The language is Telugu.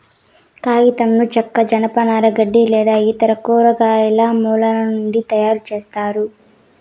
కాగితంను చెక్క, జనపనార, గడ్డి లేదా ఇతర కూరగాయల మూలాల నుంచి తయారుచేస్తారు